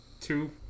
two